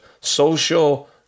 social